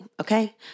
okay